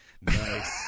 nice